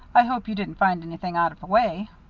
i hope you didn't find anything out of the way?